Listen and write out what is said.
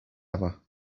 ever